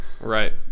Right